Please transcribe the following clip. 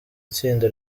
itsinda